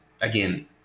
again